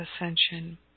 ascension